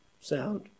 sound